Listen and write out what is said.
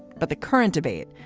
but the current debate,